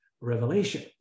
Revelation